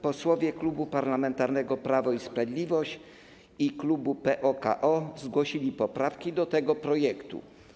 Posłowie Klubu Parlamentarnego Prawo i Sprawiedliwość i klubu PO-KO zgłosili poprawki do tego projektu.